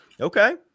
Okay